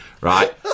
right